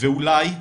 ואולי,